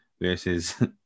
versus